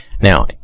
now